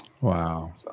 Wow